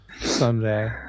Someday